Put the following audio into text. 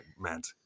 meant